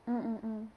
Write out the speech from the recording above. mm mm mm